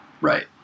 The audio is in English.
Right